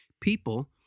people